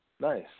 Nice